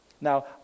Now